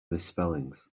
misspellings